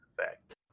effect